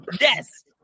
Yes